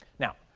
now,